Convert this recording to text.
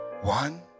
One